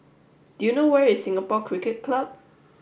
do you know where is Singapore Cricket Club